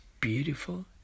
beautiful